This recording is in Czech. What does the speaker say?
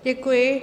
Děkuji.